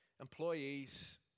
Employees